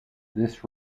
this